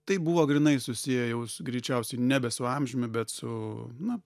tai buvo grynai susiję jau greičiausiai nebe su amžiumi bet su na